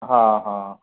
हा हा